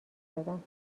شدم